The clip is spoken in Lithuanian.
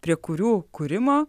prie kurių kūrimo